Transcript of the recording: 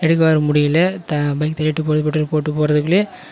எடுக்க வேறு முடியலை த பைக் தள்ளிட்டு போய் பெட்ரோல் போட்டு போகிறதுக்குள்ளயே